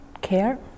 care